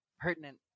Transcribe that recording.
pertinent